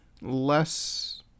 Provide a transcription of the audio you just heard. less